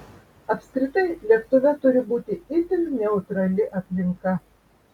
apskritai lėktuve turi būti itin neutrali aplinka